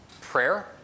prayer